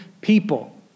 people